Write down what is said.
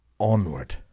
Onward